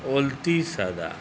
ओलती सदाए